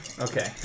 Okay